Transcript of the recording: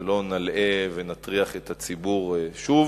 ולא נלאה ונטריח את הציבור שוב,